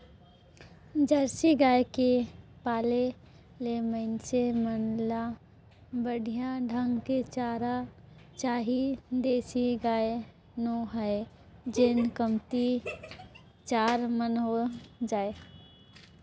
Jersey गाय के पाले ले मइनसे मन ल बड़िहा ढंग के चारा चाही देसी गाय नो हय जेन कमती चारा म हो जाय